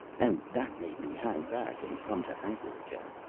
and that made me hang back and come to anchor again.